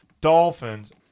Dolphins